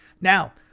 Now